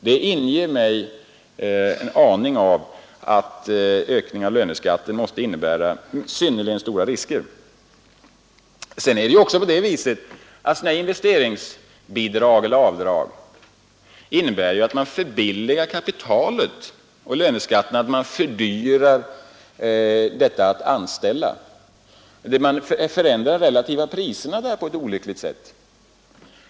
Det inger mig en aning, att ökningen av löneskatten måste innebära synnerligen stora risker. Sådana investeringsbidrag eller avdrag innebär att man förbilligar kapitalet, och löneskatten innebär att man fördyrar arbetet. Man förändrar därigenom de relativa priserna på ett olyckligt sätt.